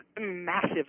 massive